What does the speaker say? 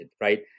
right